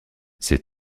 ces